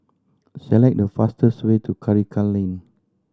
select the fastest way to Karikal Lane